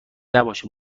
نباشه